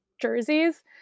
jerseys